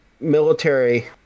military